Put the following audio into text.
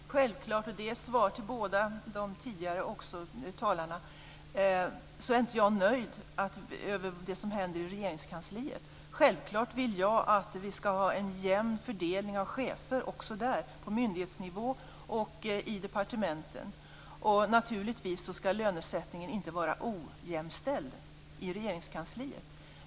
Herr talman! Det är självklart - det är ett svar till de båda tidigare talarna - att jag inte är nöjd över det som händer i Regeringskansliet. Självklart vill jag att vi ska ha en jämn fördelning av chefer också där, på myndighetsnivå och i departementen. Naturligtvis ska inte lönesättningen vara ojämställd i Regeringskansliet.